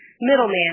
middleman